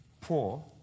Poor